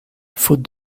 faute